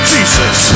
Jesus